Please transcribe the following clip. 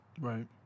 right